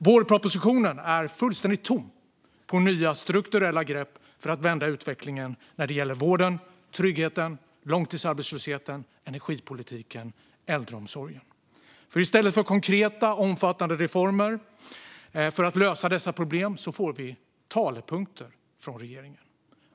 Vårpropositionen är fullständigt tom på nya strukturella grepp för att vända utvecklingen när det gäller vården, tryggheten, långtidsarbetslösheten, energipolitiken och äldreomsorgen. I stället för konkreta, omfattande reformer för att lösa dessa problem får vi talepunkter från regeringen.